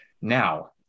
Now